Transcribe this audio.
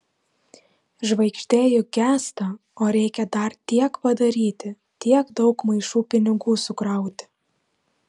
žvaigždė juk gęsta o reikia dar tiek padaryti tiek daug maišų pinigų sukrauti